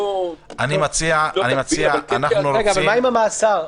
רגע, אבל מה עם המאסר?